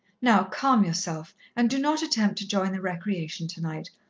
now calm yourself, and do not attempt to join the recreation tonight.